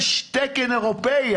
יש תקן אירופאי,